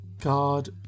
God